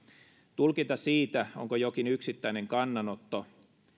tulkinta siitä onko jokin yksittäinen kannanotto